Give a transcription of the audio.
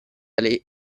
alle